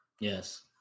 Yes